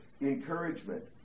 encouragement